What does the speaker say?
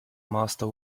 master